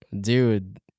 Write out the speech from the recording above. Dude